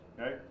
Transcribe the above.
Okay